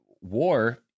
war